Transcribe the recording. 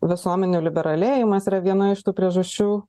visuomenių liberalėjimas yra viena iš tų priežasčių